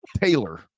Taylor